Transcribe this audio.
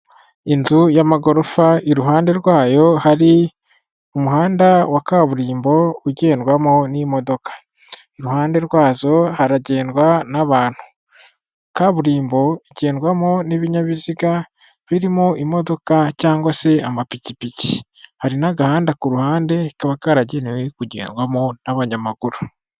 Inzu y'amagorofa iruhande rwayo hari umuhanda wa kaburimbo ugendwamo n'imodoka iruhande rwazo haragendwa n'abantu kaburimbo igendwamo n'ibinyabiziga birimo imodoka cg se amapikipiki hari n'agahanda ku ruhande kaba karagenewe kugendwamo n'abanyamaguru.